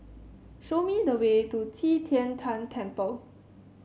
show me the way to Qi Tian Tan Temple